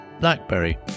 BlackBerry